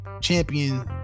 champion